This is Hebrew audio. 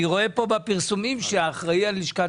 אני רואה בפרסומים שהאחראי על לשכת